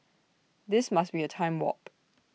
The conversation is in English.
this must be A time warp